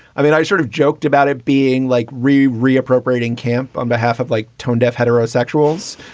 i mean, i sort of joked about it being like re re-appropriate ing camp on behalf of like tone-deaf heterosexuals.